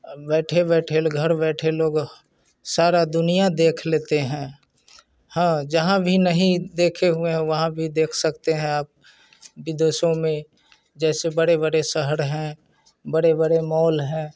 अब बैठे बैठे घर बैठे लोग सारा दुनिया देख लेते हैं हाँ जहाँ भी नहीं देखे हुए हैं वहाँ भी देख सकते हैं आप विदेशों में जैसे बड़े बड़े शहर हैं बड़े बड़े मॉल हैं